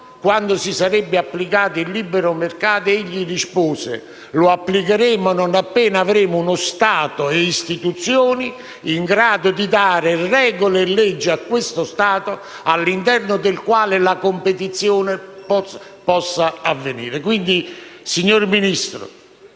sovietica appena caduto il Muro di Berlino, egli rispose: lo applicheremo non appena avremo uno Stato e istituzioni in grado di dare regole e leggi a questo Stato all'interno del quale la competizione possa avvenire. Signor Vice Ministro,